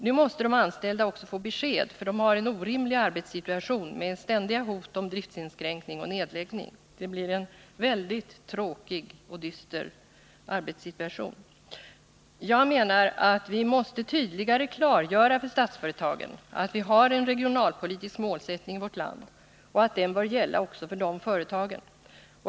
Nu måste de anställda också ha besked, för de har en orimlig arbetssituation med ständiga hot om driftsinskränkning och nedläggning. Det är en mycket tråkig och dyster arbetssituation. Jag menar att vi tydligare måste klargöra för företagen i Statsföretagsgruppen att vi har en regionalpolitisk målsättning för vårt land och att den bör gälla också för dem.